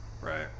Right